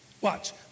Watch